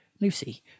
Lucy